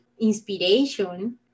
inspiration